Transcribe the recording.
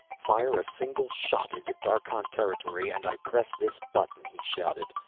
fire a single shot into darkhan territory and i press this button, he shouted.